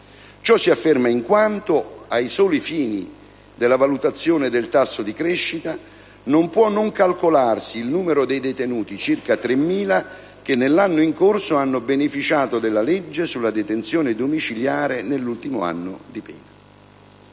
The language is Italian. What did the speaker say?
Ciò si afferma in quanto, ai soli fini della valutazione del tasso di crescita, non può non calcolarsi il numero dei detenuti, circa 3.000, che nell'anno in corso hanno beneficiato della legge sulla detenzione domiciliare nell'ultimo anno di pena.